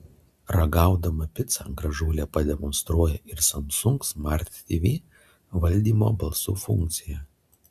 ragaudama picą gražuolė pademonstruoja ir samsung smart tv valdymo balsu funkciją